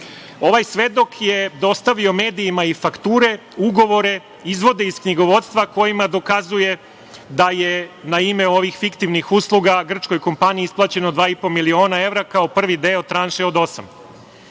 svedok je dostavio medijima i fakture, ugovore, izvode iz knjigovodstva kojima dokazuje da je na ime ovih fiktivnih usluga grčkoj kompaniji isplaćeno 2,5 miliona evra kao prvi deo tranše od